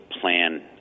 plan